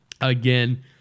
Again